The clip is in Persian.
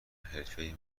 حرفه